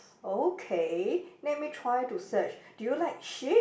okay let me try to search do you like sheep